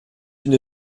une